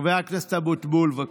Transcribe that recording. חבר הכנסת אבוטבול, בבקשה.